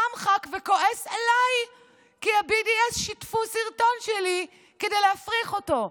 קם ח"כ וכועס עליי כי ה-BDS שיתפו סרטון שלי כדי להפריך אותו.